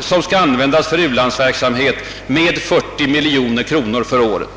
som skall användas till u-landsverksamhet med 40 miljoner kronor nästa budgetår.